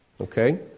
Okay